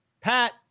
Pat